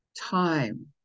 time